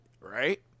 right